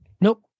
Nope